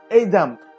Adam